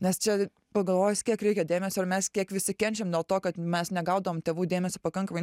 nes čia pagalvojus kiek reikia dėmesio ir mes kiek visi kenčiam dėl to kad mes negaudavom tėvų dėmesio pakankamai